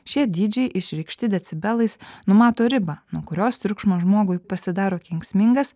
šie dydžiai išreikšti decibelais numato ribą nuo kurios triukšmas žmogui pasidaro kenksmingas